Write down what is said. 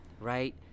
right